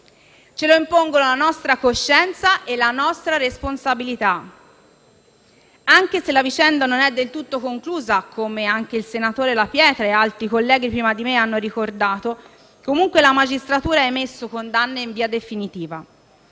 Ce lo impongono la nostra coscienza e la nostra responsabilità. Anche se la vicenda non è del tutto conclusa, come anche il senatore La Pietra e altri colleghi prima di me hanno ricordato, la magistratura ha emesso condanne in via definitiva.